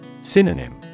Synonym